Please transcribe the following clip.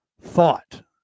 thought